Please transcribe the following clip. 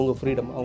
freedom